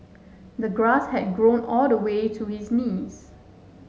the grass had grown all the way to his knees